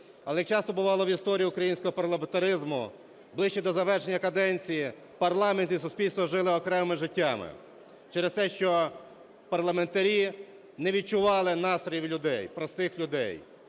Але часто бувало в історії українського парламентаризму - ближче до завершення каденції парламент і суспільство жили окремими життями. Через те, що парламентарі не відчували настрої у людей, простих людей.